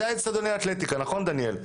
זה אצטדיוני האתלטיקה, נכון דניאל?